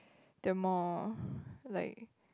the more like